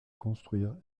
construire